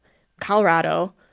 colorado,